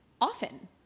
often